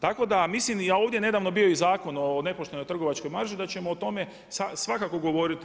Tako da mislim, ovdje je nedavno bio i Zakon o nepoštenoj trgovačkoj marži da ćemo o tome svakako govoriti.